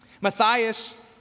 Matthias